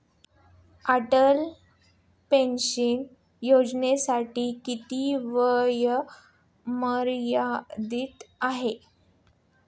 Atal pension योजनेसाठी किती वयोमर्यादा आहे?